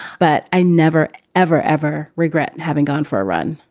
but i never, ever, ever regret and having gone for a run.